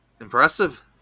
Impressive